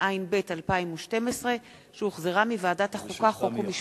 התשע"ב 2012, שהחזירה ועדת החוקה, חוק ומשפט.